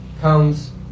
comes